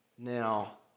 Now